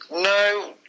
No